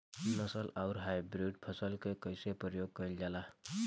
नस्ल आउर हाइब्रिड फसल के कइसे प्रयोग कइल जाला?